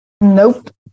Nope